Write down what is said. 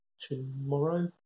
tomorrow